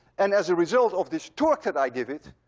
and as a result of this torque that i give it,